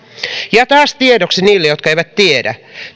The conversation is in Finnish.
ja taas tiedoksi niille jotka eivät tiedä